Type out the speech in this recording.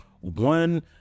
one